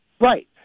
Right